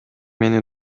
мени